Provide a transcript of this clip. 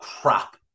crap